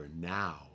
now